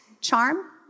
Charm